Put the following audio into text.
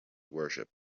worship